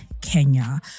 Kenya